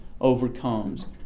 overcomes